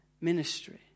ministry